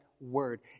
word